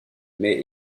mais